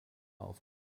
auf